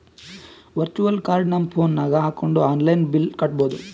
virtual card ನಮ್ phone ನಾಗ್ ಹಾಕೊಂಡ್ ಆನ್ಲೈನ್ ಬಿಲ್ ಕಟ್ಟಬೋದು